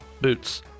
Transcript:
Boots